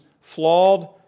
flawed